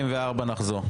14:44 נחזור.